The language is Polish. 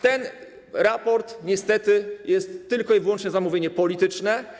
Ten raport niestety jest tylko i wyłącznie na zamówienie polityczne.